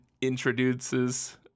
introduces